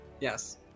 Yes